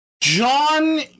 John